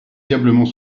diablement